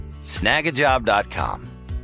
Snagajob.com